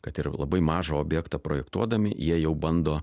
kad ir labai mažą objektą projektuodami jie jau bando